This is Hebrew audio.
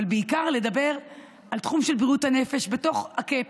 אבל בעיקר כדי לדבר על התחום של בריאות הנפש בתוך ה-cap.